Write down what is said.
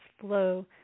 flow